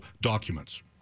documents